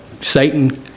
Satan